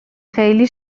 خیلی